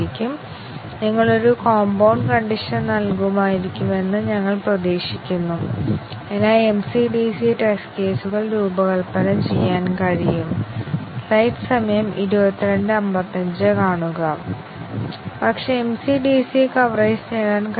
ഇപ്പോൾ ഇവിടെ പ്രധാന ആശയങ്ങൾ നോക്കാം ഇത് ഒരു പ്രധാന പരീക്ഷണ സാങ്കേതികതയായി മാറിയിരിക്കുന്നു പ്രത്യേകിച്ചും സുരക്ഷാ നിർണായക സോഫ്റ്റ്വെയറിന് പല മാനദണ്ഡങ്ങൾക്കും MCഎംസി DCഡിസി കവറേജ് ആവശ്യമാണ്